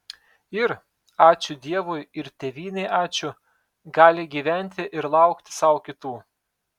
ir ačiū dievui ir tėvynei ačiū gali gyventi ir laukti sau kitų